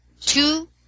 two